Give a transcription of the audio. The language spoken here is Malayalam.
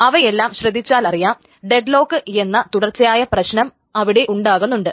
അവയെല്ലാം ശ്രദ്ധിച്ചാലറിയാം ഡെഡ്ലോക്ക് എന്ന തുടർച്ചയായ പ്രശ്നം അവിടെ ഉണ്ടാകുന്നുണ്ട്